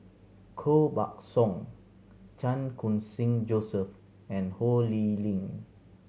Koh Buck Song Chan Khun Sing Joseph and Ho Lee Ling